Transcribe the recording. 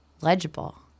legible